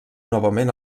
novament